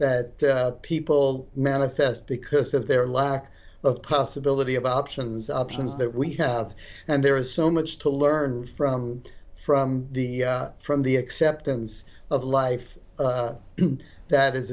that people manifest because of their lack of possibility of options options that we have and there is so much to learn from from the from the acceptance of life that is